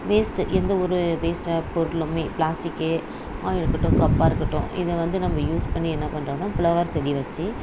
waste எந்த ஒரு வேஸ்ட்டான பொருளுமே பிளாஸ்டிக் அது இருக்கட்டும் கப்பாக இருக்கட்டும் இதை வந்து நம்ம யூஸ் பண்ணி என்ன பண்ணுறோன்னா ஃப்ளவர் செடி வச்சு